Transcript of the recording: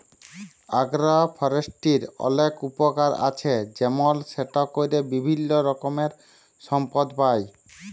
আগ্র ফরেষ্ট্রীর অলেক উপকার আছে যেমল সেটা ক্যরে বিভিল্য রকমের সম্পদ পাই